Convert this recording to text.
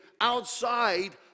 outside